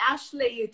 Ashley